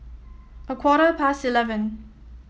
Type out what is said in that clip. a quarter past eleven